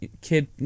Kid